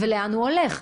לאן הוא הולך?